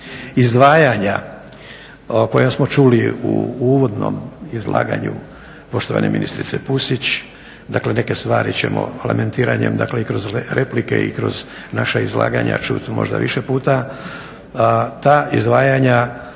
Izdvajanja koja smo čuli u uvodnom izlaganju poštovane ministrice Pusić, dakle neke stvari ćemo lamentiranjem i kroz replike i kroz naša izlaganja čuti možda više puta. Ta izdvajanja